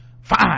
fine